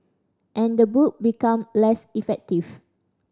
and the book become less effective